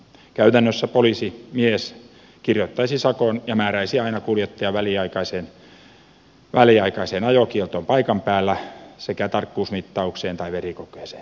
käytännössä poliisimies kirjoittaisi sakon ja määräisi aina kuljettajan väliaikaiseen ajokieltoon paikan päällä sekä tarkkuusmittaukseen tai verikokeeseen